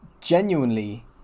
genuinely